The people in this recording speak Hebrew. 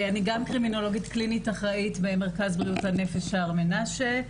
אני גם אחראית במרכז לבריאות הנפש שער מנשה,